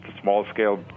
small-scale